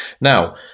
now